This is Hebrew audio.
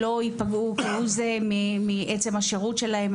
לא יפגעו כהוא זה מעצם השרות שלהם.